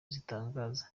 zitangaza